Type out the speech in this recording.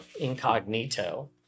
incognito